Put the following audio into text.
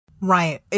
right